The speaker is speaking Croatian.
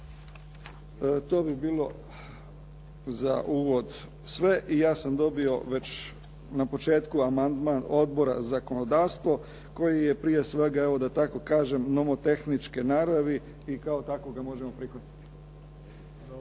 To bi bilo za uvod sve i ja sam dobio već na početku amandman Odbora za zakonodavstvo koji je prije svega evo da tako kažem nomotehničke naravi i kao takvog ga možemo prihvatiti.